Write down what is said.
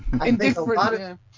Indifferent